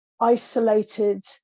isolated